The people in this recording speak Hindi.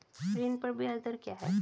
ऋण पर ब्याज दर क्या है?